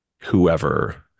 whoever